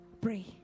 Pray